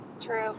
True